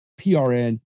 PRN